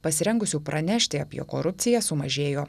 pasirengusių pranešti apie korupciją sumažėjo